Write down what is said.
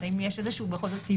יש על זה